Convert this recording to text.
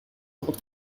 called